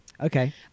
Okay